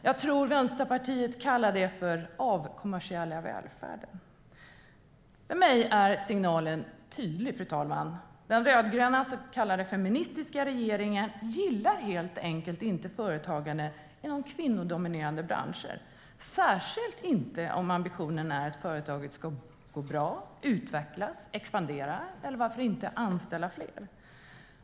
Jag tror att Vänsterpartiet kallar det för att avkommersialisera välfärden. För mig är signalen tydlig, fru talman. Den rödgröna så kallade feministiska regeringen gillar helt enkelt inte företagande inom kvinnodominerande branscher, särskilt inte om ambitionen är att företaget ska gå bra, utvecklas, expandera eller varför inte anställa fler.